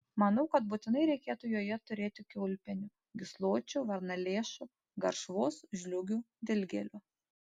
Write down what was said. manau kad būtinai reikėtų joje turėti kiaulpienių gysločių varnalėšų garšvos žliūgių dilgėlių